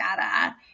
data